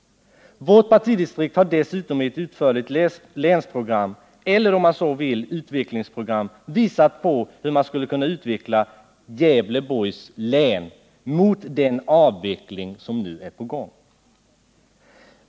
Vårt partidistrikt har dessutom i ett utförligt länsprogram eller om man så vill utvecklingsprogram visat på hur man skulle kunna utveckla Gävleborgs län mot den avveckling som nu är på gång.